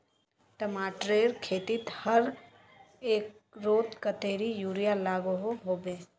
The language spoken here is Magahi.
टमाटरेर खेतीत हर एकड़ोत कतेरी यूरिया लागोहो होबे?